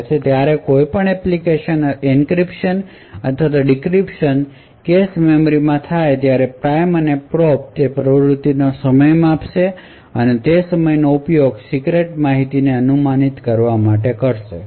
તેથી જ્યારે પણ કોઈ એન્ક્રિપ્શન અથવા ડિક્રિપ્શન કેશ મેમરી માં થાય ત્યારે પ્રાઇમ અને પ્રોબ તે પ્રવૃત્તિઓનો સમય માપશે અને તે સમયનો ઉપયોગ સીક્રેટ માહિતીને અનુમાનિત કરવા માટે કરશે